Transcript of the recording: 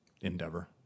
endeavor